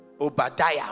Obadiah